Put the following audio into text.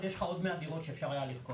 אז יש לך עוד מאה דירות שאפשר היה לרכוש.